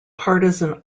partisan